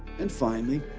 and finally,